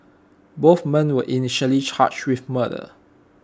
both men were initially charged with murder